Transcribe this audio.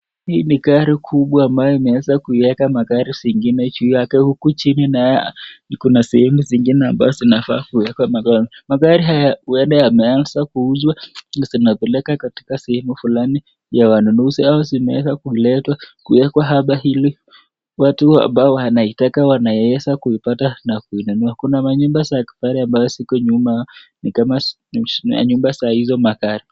Gari kubwa ambayo imeweza kuweka magari zingine juu yake huku chini nayo iko na sehemu zingine ambazo zinafaa kuwekwa magari. Magari haya huenda yameanza kuuzwa na zinapelekwa katika sehemu fulani ya wanunuzi au zimeweza kuwekwa hapa ili watu ambao wanaitaka wanaweza kuipata na kuinunua. Kuna manyumba za kifahari ambazo ziko nyuma ni kama ni za hizo magari.